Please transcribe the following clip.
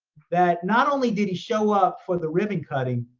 that not only did he show up for the ribbon cutting,